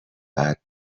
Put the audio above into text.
بعد